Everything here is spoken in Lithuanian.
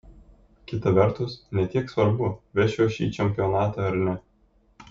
kita vertus ne tiek svarbu vešiu aš jį į čempionatą ar ne